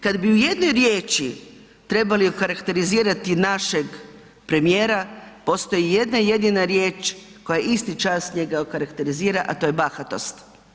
Kad bi u jednom riječi trebali okarakterizirati našeg premijera postoji jedna jedina riječ koja isti čas njega okarakterizira, a to je bahatost.